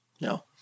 No